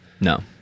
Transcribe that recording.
no